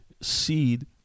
seed